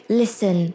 listen